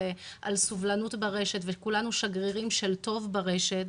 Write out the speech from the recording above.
על סובלנות ברשת וכולנו שגרירים של טוב ברשת,